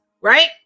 Right